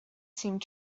seemed